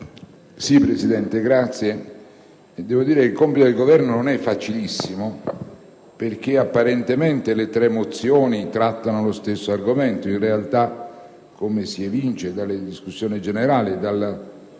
Presidente, il compito del Governo non è facilissimo, perché apparentemente le tre mozioni trattano lo stesso argomento; in realtà, come si evince dalla discussione generale e da quanto